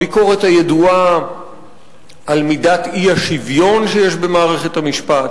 הביקורת הידועה על מידת אי-השוויון שיש במערכת המשפט.